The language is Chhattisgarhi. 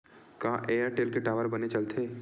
का एयरटेल के टावर बने चलथे?